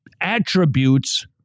attributes